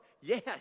Yes